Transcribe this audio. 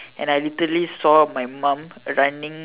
and I literally saw my mom running